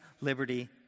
liberty